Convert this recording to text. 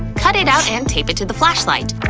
cut it out and tape it to the flashlight.